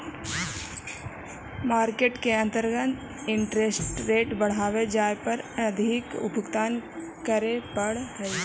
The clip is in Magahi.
मार्केट के अंतर्गत इंटरेस्ट रेट बढ़वे जाए पर अधिक भुगतान करे पड़ऽ हई